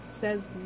says